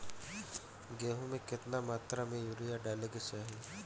गेहूँ में केतना मात्रा में यूरिया डाले के चाही?